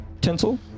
Tinsel